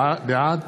בעד